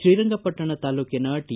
ಶ್ರೀರಂಗಪಟ್ನಣ ತಾಲೂಕಿನ ಟಿ